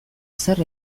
zer